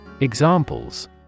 Examples